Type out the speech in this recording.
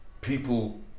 people